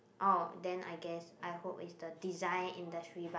oh then I guess I hope it's the design industry but